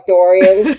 Dorian